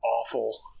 awful